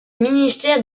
ministère